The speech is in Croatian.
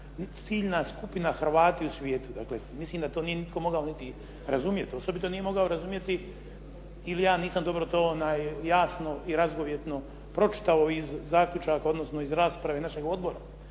ciljna skupina Hrvati u svijetu. Dakle, mislim da to nije nitko mogao niti razumjeti. Osobito nije mogao razumjeti, ili ja nisam dobro to jasno i razgovijetno pročitao iz zaključaka, odnosno iz rasprave našeg odbora,